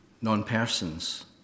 non-persons